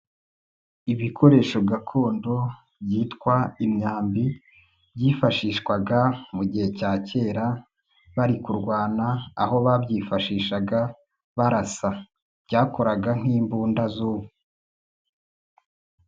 Ibikoresho gakondo, byitwa imyambi. Byifashishwaga mu gihe cya kera bari kurwana, aho babyifashishaga barasa, byakoraga nk'imbunda z'ubu.